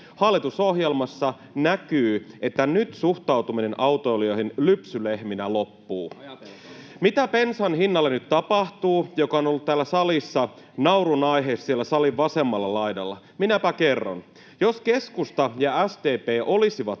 Hallitusohjelmassa näkyy, että nyt suhtautuminen autoilijoihin lypsylehminä loppuu. [Eduskunnasta: Ajatelkaa!] Mitä nyt tapahtuu bensan hinnalle, joka on ollut täällä salissa naurunaihe siellä salin vasemmalla laidalla? Minäpä kerron. Jos keskusta ja SDP olisivat